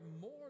more